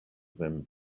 them